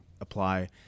apply